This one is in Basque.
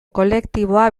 kolektiboa